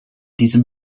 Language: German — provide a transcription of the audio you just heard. diesem